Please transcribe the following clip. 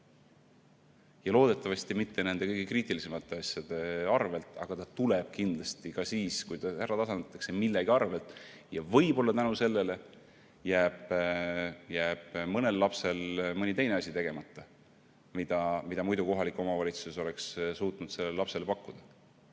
Loodetavasti mitte kõige kriitilisemate asjade arvel, aga see tuleb kindlasti ka siis, kui see ära tasandatakse, millegi arvel. Võib-olla selle tõttu jääb mõnel lapsel mõni teine asi tegemata, mida muidu kohalik omavalitsus oleks suutnud sellele lapsele pakkuda.